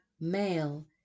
male